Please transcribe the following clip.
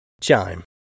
Chime